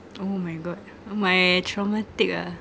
oh my god oh my traumatic ah